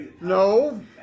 No